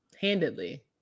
Handedly